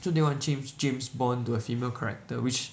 so they want change James Bond to a female character which